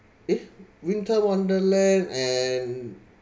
eh winter wonderland and